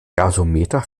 gasometer